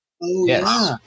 Yes